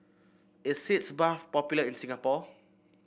is Sitz Bath popular in Singapore